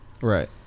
Right